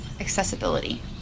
accessibility